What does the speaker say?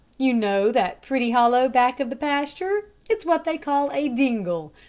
you know that pretty hollow back of the pasture? it is what they call a dingle.